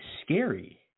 scary